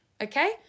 okay